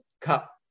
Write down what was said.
cup